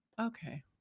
Okay